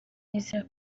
ezra